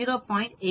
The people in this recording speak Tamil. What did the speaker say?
82 தருகிறது